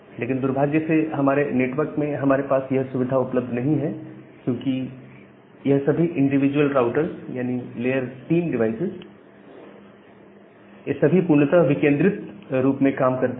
लेकिन दुर्भाग्य से हमारे नेटवर्क में हमारे पास यह सुविधा उपलब्ध नहीं है क्योंकि यह सभी इंडिविजुअल राउटर्स यानी लेयर 3 डिवाइस इस यह सभी पूर्णतया विकेंद्रीकृत रूप में काम करते हैं